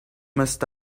must